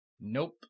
nope